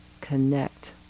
connect